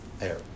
air